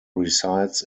resides